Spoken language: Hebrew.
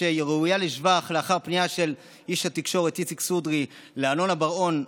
היא ראויה לשבח: לאחר פנייה של איש התקשורת איציק סודרי לאלונה בר-און,